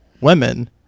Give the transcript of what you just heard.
women